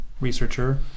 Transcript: researcher